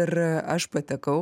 ir aš patekau